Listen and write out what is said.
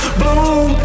bloom